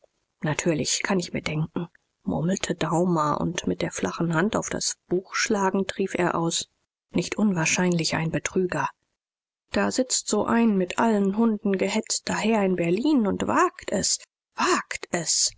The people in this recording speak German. natürlich kann ich mir denken murmelte daumer und mit der flachen hand auf das buch schlagend rief er aus nicht unwahrscheinlich ein betrüger da sitzt so ein mit allen hunden gehetzter herr in berlin und wagt es wagt es